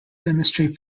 demonstrate